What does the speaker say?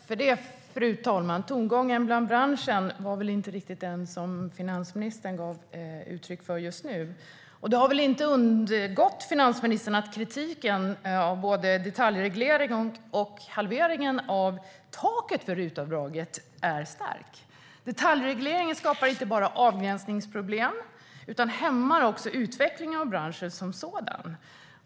Fru talman! Tongången i branschen var inte riktigt den som finansministern gav uttryck för nu. Det har väl inte undgått finansministern att kritiken mot både detaljregleringen och halveringen av taket för RUT-avdraget är stark. Detaljregleringen skapar inte bara avgränsningsproblem; den hämmar också utvecklingen av branschen som sådan.